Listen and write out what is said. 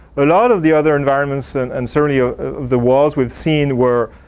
a lot of the other environments and and certainty ah of the walls we've seen where